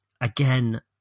again